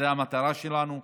זאת המטרה שלנו.